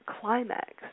climax